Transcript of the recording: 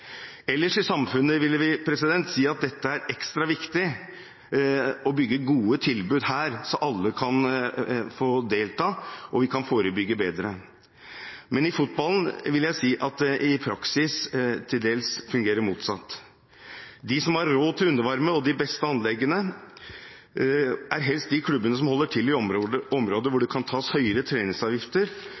Ellers i samfunnet ville vi si at det er ekstra viktig å bygge gode tilbud her, slik at alle kan få delta og vi kan forebygge bedre, men i fotballen vil jeg si at det i praksis til dels fungerer motsatt. De som har råd til undervarme og de beste anleggene, er helst de klubbene som holder til i områder hvor det kan tas høyere treningsavgifter,